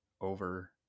over